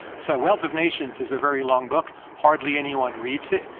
so wealth of nations is a very long book. hardly anyone reads it,